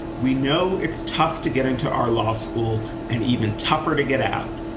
we know it's tough to get into our law school and even tougher to get out.